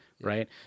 right